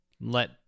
let